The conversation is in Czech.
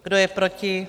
Kdo je proti?